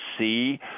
see